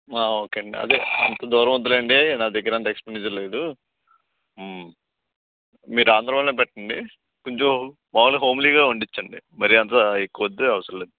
okay అండి అదే అంతదూరం వద్దులేండి నా దగ్గర అంతా ఎక్స్పెండిచర్ లేదు మీరు ఆంధ్రా వాళ్ళను పెట్టండి కొంచెం మామూలుగా హోమ్లీగా వండించండి మరి అంతా ఎక్కువ వద్దు అవసరంలేదు